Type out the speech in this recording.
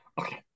Okay